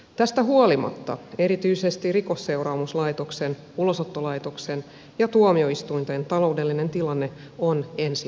tästä huolimatta erityisesti rikosseuraamuslaitoksen ulosottolaitoksen ja tuomioistuinten taloudellinen tilanne on ensi vuonna tiukka